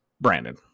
brandon